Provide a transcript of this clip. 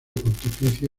pontificia